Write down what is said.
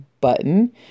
button